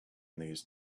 these